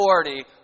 authority